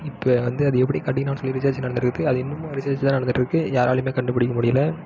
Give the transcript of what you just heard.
இப்போ வந்து அது எப்படி கட்டினான் சொல்லி ரிசர்ச் நடந்திருக்குது அது இன்னுமும் ரிசர்ச் தான் நடந்துட்டுருக்கு யாராலேயுமே கண்டுபிடிக்க முடியலை